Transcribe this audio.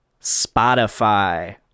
Spotify